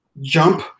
jump